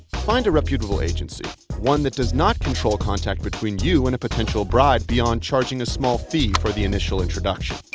find a reputable agency one that does not control contact between you and a potential bride beyond charging a small fee for the initial introduction.